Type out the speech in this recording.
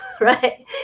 right